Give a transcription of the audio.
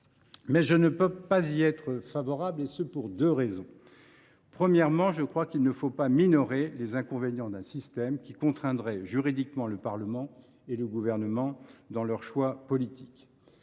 mais je ne peux pas y être favorable, et ce pour deux raisons. Premièrement, je pense qu’il ne faut pas minorer les inconvénients d’un système qui contraindrait juridiquement le Parlement et le Gouvernement dans leurs choix politiques.